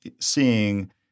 seeing